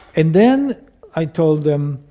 and then i told them,